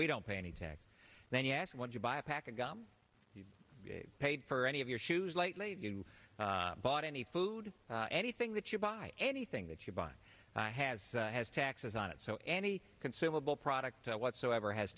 we don't pay any tax then yes when you buy a pack of gum you paid for any of your shoes lately you bought any food anything that you buy anything that you buy has has taxes on it so any consumable product whatsoever has